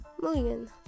million